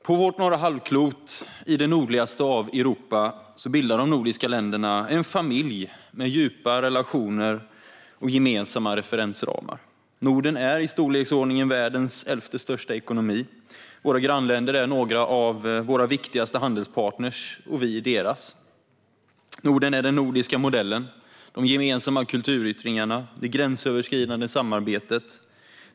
På vårt norra halvklot, i det nordligaste av Europa, bildar de nordiska länderna en familj med djupa relationer och gemensamma referensramar. Norden är i storleksordningen världens elfte största ekonomi. Våra grannländer är några av våra viktigaste handelspartner och vi deras. Norden är den nordiska modellen, de gemensamma kulturyttringarna och det gränsöverskridande samarbetet.